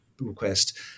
request